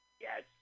Yes